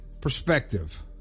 perspective